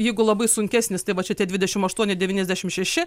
jeigu labai sunkesnis tai va čia tie dvidešimt aštuoni devyniasdešimt šeši